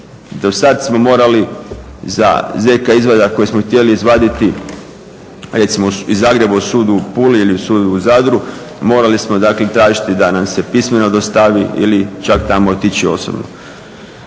Dosad smo morali za ZK izvadak koji smo htjeli izvaditi recimo iz Zagreba u sudu u Puli ili sudu u Zadru, morali smo dakle tražiti da nam se pismeno dostavi ili čak tamo otići osobno.